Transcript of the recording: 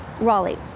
Raleigh